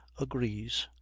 agrees,